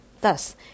Thus